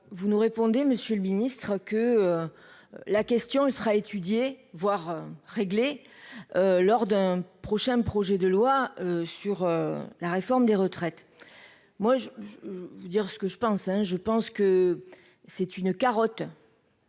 vous nous répondez, Monsieur le Ministre, que la question, il sera étudiée voir régler lors d'un prochain projet de loi sur la réforme des retraites, moi je vais vous dire ce que je pense, hein, je pense que c'est une carotte.